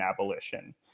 abolition